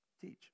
teach